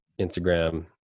Instagram